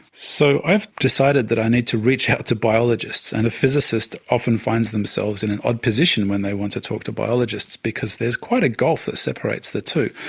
so i've decided that i need to reach out to biologists, and a physicist often find themself in an odd position when they want to talk to biologists because there's quite a gulf that separates the two.